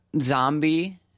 zombie